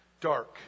Dark